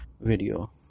video